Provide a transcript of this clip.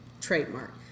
trademark